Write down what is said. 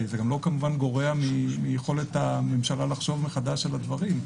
זה כמובן לא גורע מיכולת הממשלה לחשוב מחדש על הדברים.